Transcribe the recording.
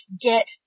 get